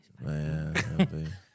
Man